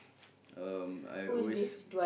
um I always